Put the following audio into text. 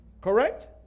Correct